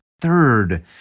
third